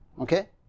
Okay